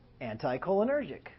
anticholinergic